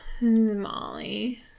Molly